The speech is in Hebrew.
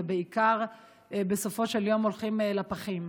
ובעיקר, בסופו של יום, הולכים לפחים.